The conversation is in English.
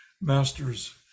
masters